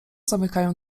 zamykają